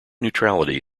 neutrality